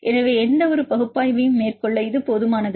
எனவே எந்தவொரு பகுப்பாய்வையும் மேற்கொள்ள இது போதுமானது